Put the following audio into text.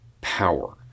power